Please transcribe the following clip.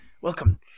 Welcome